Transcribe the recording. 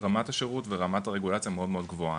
רמת השירות ורמת הרגולציה מאוד מאוד גבוהה,